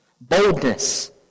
boldness